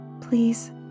please